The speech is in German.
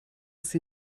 sie